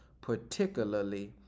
particularly